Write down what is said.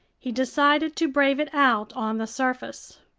he decided to brave it out on the surface.